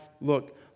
look